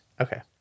Okay